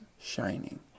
shining